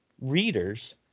readers